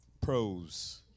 pros